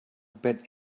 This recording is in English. bet